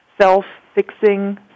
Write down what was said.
self-fixing